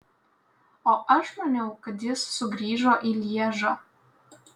o aš maniau kad jis sugrįžo į lježą